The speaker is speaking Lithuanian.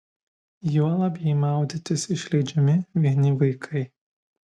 juolab jei maudytis išleidžiami vieni vaikai